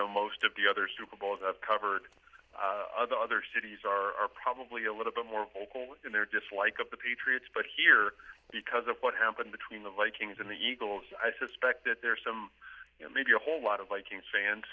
know most of the other super bowls i've covered the other cities are probably a little bit more vocal in their dislike of the patriots but here because of what happened between the vikings and the eagles i suspect that there are some you know maybe a whole lot of vikings fans